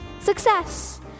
Success